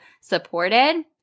supported